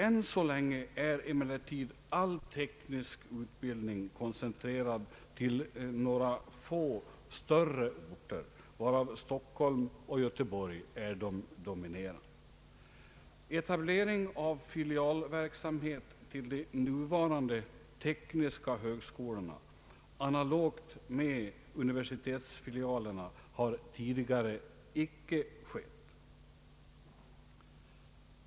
Än så länge är emellertid all teknisk utbildning koncentrerad till några få större orter, varav Stockholm och Göteborg är de dominerande. Etablering av filialverksamhet till de nuvarande tekniska högskolorna analogt med universitetsfilialerna har tidigare icke skett.